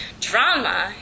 Drama